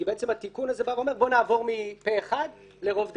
כי התיקון הזה אומר נעבור מפה אחד לרוב דעות.